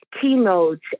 keynotes